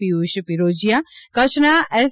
પિયુષ પિરોજીયા કચ્છના એસ